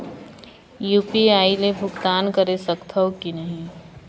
UPI ले भुगतान करे सकथन कि नहीं?